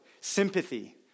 sympathy